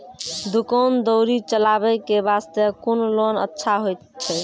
दुकान दौरी चलाबे के बास्ते कुन लोन अच्छा होय छै?